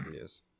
Yes